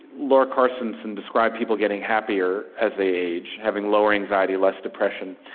laura carstensen describes people getting happier as they age, having lower anxiety, less depression.